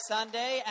Sunday